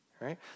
right